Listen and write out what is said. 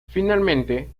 finalmente